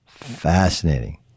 Fascinating